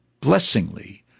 blessingly